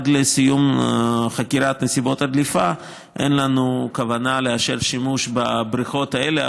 עד לסיום חקירת נסיבות הדליפה אין לנו כוונה לאשר שימוש בבריכות האלה,